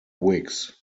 wicks